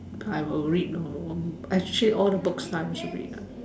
I will read long long actually all the books ah we should read lah